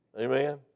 Amen